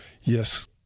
Yes